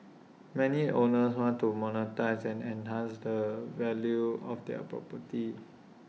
many owners want to monetise and enhance the value of their property